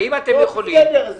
האם אתם יכולים --- בסדר,